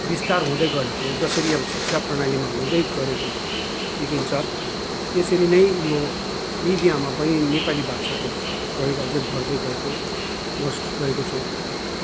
विस्तार हुँदै गरेको जसरी अब शिक्षा प्रणालीमा हुँदैगरेको देखिन्छ त्यसरी नै यो मिडियामा पनि नेपाली भाषाको प्रयोग अझै बढ्दै गएको महसुस गरेको छौँ